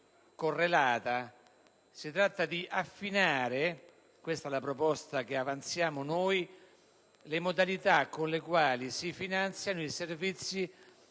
correlata. Si tratta di affinare - questa è la proposta che noi avanziamo - le modalità con le quali si finanziano i servizi